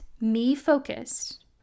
me-focused